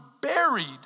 buried